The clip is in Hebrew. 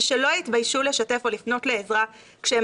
ושלא יתביישו לשתף או לפנות לעזרה כשהם